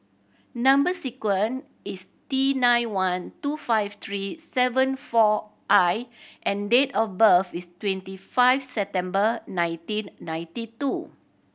number sequence is T nine one two five three seven four I and date of birth is twenty five September nineteen ninety two